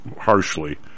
harshly